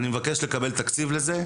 אני מבקש לדעת מה התקציב לזה,